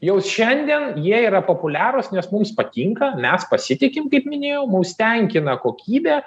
jau šiandien jie yra populiarūs nes mums patinka mes pasitikim kaip minėjau mus tenkina kokybė